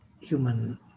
human